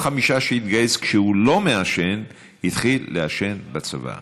חמישה שהתגייס כשהוא לא מעשן התחיל לעשן בצבא.